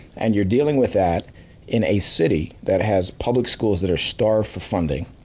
and you're dealing with that in a city that has public schools that are starved for funding,